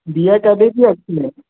धीउ कॾहिं थी अचे